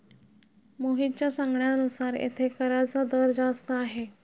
मोहितच्या सांगण्यानुसार येथे कराचा दर जास्त आहे